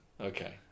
Okay